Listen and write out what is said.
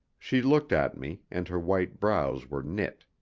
she looked at me, and her white brows were knit.